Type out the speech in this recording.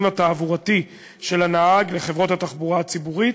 התעבורתי של הנהג לחברות התחבורה הציבורית,